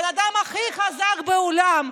בן אדם הכי חזק בעולם,